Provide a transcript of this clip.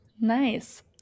Nice